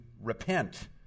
repent